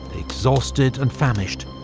exhausted and famished,